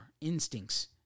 instincts